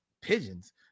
Pigeons